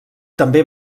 també